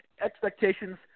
Expectations